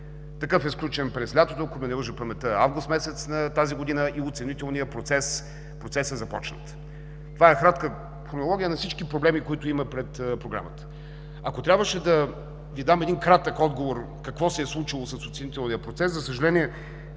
Такъв е сключен през лятото, ако не ме лъже паметта, август месец тази година и оценителният процес е започнат. Това е кратката хронология на всички проблеми, които има пред Програмата. Ако трябваше да Ви дам един кратък отговор – какво се e случило с оценителния процес, за съжаление,